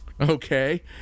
Okay